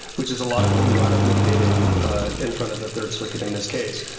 which is a lot of what we wound up litigating ah in front of the third circuit in this case.